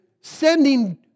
sending